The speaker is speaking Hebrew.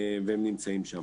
הם נמצאים שם.